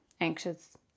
anxious